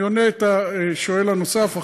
אני אענה לשואל הנוסף.